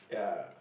ya